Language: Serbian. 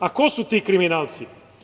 A ko su ti kriminalci?